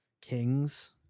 Kings